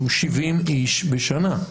שהוא 70 איש בשנה,